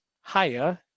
higher